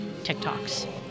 TikToks